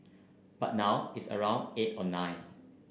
but now it's around eight or nine